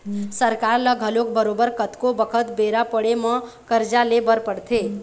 सरकार ल घलोक बरोबर कतको बखत बेरा पड़े म करजा ले बर परथे